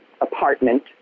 apartment